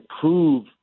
prove